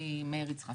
תחושת